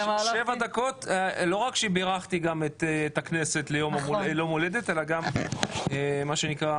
לא רק שבירכתי את הכנסת ליום ההולדת אלא גם פרסתי